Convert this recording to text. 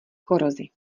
korozi